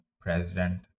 President